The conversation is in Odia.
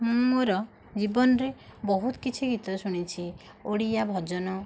ମୁଁ ମୋର ଜୀବନରେ ବହୁତ କିଛି ଗୀତ ଶୁଣିଛି ଓଡ଼ିଆ ଭଜନ